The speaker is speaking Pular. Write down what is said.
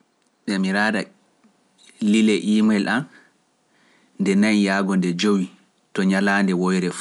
Ɗamiraada lilee e email an nde nayi yaago nde jowi(four - five) to ñalaande woyre fuu.